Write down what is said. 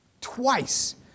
twice